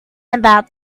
about